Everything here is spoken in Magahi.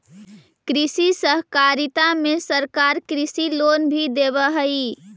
कृषि सहकारिता में सरकार कृषि लोन भी देब हई